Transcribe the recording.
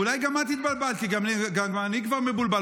אולי גם את התבלבלת, כי גם אני כבר מבולבל.